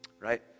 Right